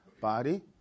body